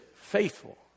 faithful